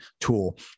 tool